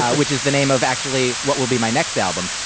ah which is the name of actually what will be my next album.